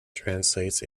translates